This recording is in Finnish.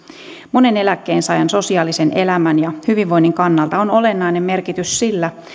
monen eläkkeensaajan sosiaalisen elämän ja hyvinvoinnin kannalta on olennainen merkitys sillä